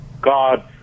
God